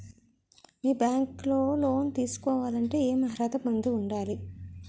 మీ bank లో loan తీసుకోవాలంటే ఎం అర్హత పొంది ఉండాలి?